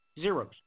zeros